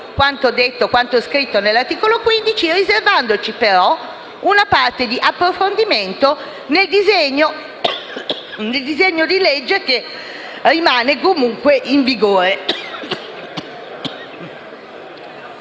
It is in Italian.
secondo quanto scritto nell'articolo 15, riservandoci però una parte di approfondimento nel disegno di legge che rimane comunque in vigore.